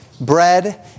bread